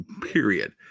period